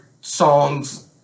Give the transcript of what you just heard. songs